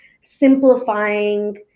simplifying